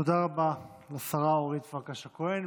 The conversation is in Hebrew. תודה רבה לשרה אורית פרקש הכהן,